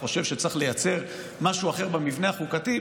חושב שצריך לייצר משהו אחר במבנה החוקתי,